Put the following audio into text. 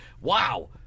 Wow